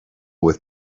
with